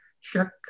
check